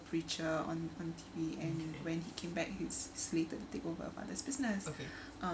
preacher on on T_V and when he came back he is slated to take over the father's business